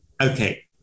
Okay